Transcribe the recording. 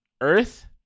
Earth